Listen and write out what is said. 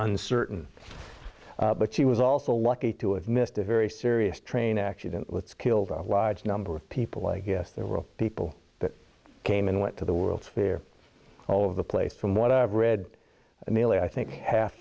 uncertain but she was also lucky to have missed a very serious train accident let's killed a large number of people like yes there were people that came and went to the world's fair all over the place from what i've read an elite i think half